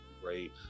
great